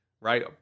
right